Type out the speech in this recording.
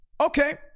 Okay